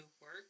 work